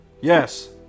Yes